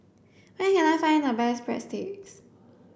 where can I find the best Breadsticks